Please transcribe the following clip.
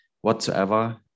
whatsoever